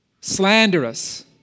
slanderous